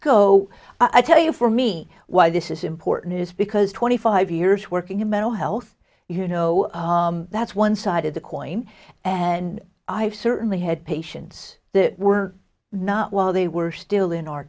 go i tell you for me why this is important is because twenty five years working in mental health you know that's one side of the coin and i've certainly had patients that were not while they were still in our